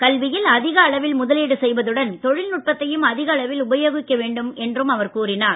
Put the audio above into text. கல்வியில் அதிக அளவில் முதலீடு செய்வதுடன் தொழில்நுட்பத்தையும் அதிக அளவில் உபயோகிக்க வேண்டும் என்றார்